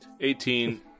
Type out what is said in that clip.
Eighteen